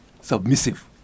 submissive